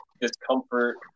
discomfort